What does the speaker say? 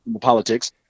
politics